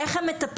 איך הם מטפלים,